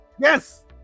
Yes